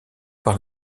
par